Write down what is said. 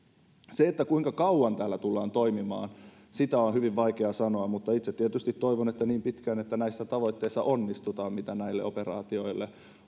sitä kuinka kauan täällä tullaan toimimaan on hyvin vaikea sanoa mutta itse tietysti toivon että niin pitkään että näissä tavoitteissa onnistutaan mitä näille operaatioille